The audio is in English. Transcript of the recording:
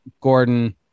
Gordon